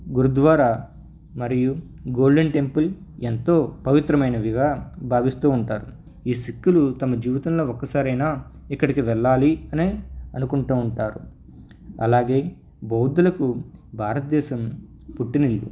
గురుద్వారా మరియు golden temple ఎంతో పవిత్రమైనవిగా భావిస్తూ ఉంటారు ఈ సిక్కులు తమ జీవితంలో ఒక్కసారి అయినా ఇక్కడకి వెళ్ళాలి అని అనుకుంటూ ఉంటారు అలాగే బౌద్ధులకు భారతదేశం పుట్టినిల్లు